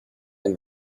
and